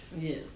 Yes